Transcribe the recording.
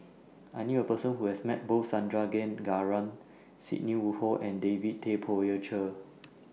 I knew A Person Who has Met Both Sandrasegaran Sidney Woodhull and David Tay Poey Cher